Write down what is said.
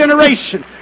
generation